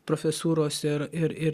profesūros ir ir ir